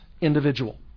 individual